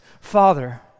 Father